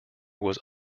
was